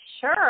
Sure